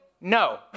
No